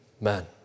man